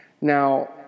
Now